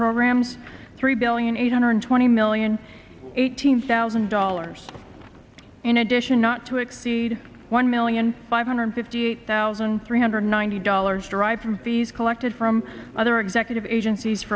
programs three billion eight hundred twenty million eight hundred thousand dollars in addition not to exceed one million five hundred fifty eight thousand three hundred ninety dollars derived from fees collected from other executive agencies